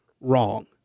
wrong